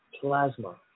plasma